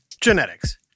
genetics